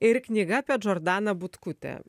ir knyga apie džordaną butkutę